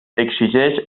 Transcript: exigeix